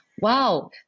wow